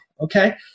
okay